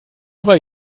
weil